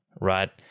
Right